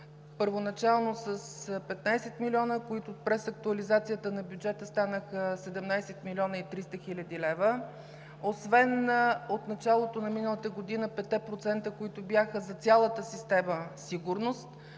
първоначално с 15 милиона, които през актуализацията на бюджета станаха 17 млн. 300 хил. лв., освен от началото на миналата година 5-те процента, които бяха за цялата система „Сигурност“,